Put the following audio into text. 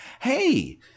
hey